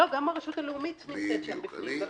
לא, גם הרשות הלאומית נמצאת בוועדה.